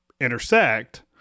intersect